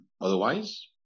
otherwise